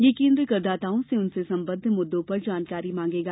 यह केन्द्र करदाताओं से उनसे संबंद्व मुददों पर जानकारी मांगेगा